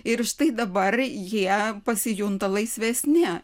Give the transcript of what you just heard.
ir štai dabar jie pasijunta laisvesni